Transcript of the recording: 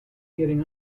getting